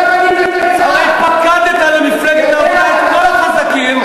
הרי פקדת למפלגת העבודה את כל החזקים,